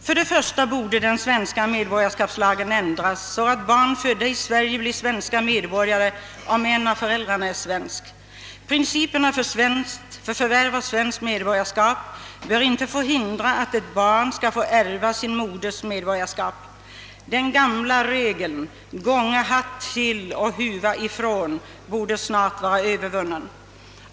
För det första borde den svenska medborgarskapslagen ändras, så att barn födda i Sverige blir svenska medborgare om en av föräldrarna är svensk. Principerna för förvärv av svenskt medborgarskap bör inte få hindra att ett barn skall få ärva sin moders medborgarskap. Den gamla regeln ”gånge hatt till och huva ifrån” borde snart vara övervunnen.